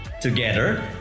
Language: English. Together